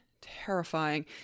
terrifying